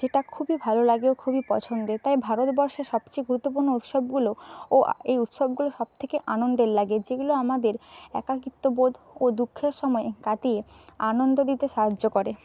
যেটা খুবই ভালো লাগে ও খুবই পছন্দের তাই ভারতবর্ষের সবচেয়ে গুরুত্বপূর্ণ উৎসবগুলো ও এই উৎসবগুলো সবথেকে আনন্দের লাগে যেগুলো আমাদের একাকীত্ববোধ ও দুঃখের সময় কাটিয়ে আনন্দ দিতে সাহায্য করে